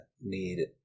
need